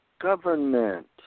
government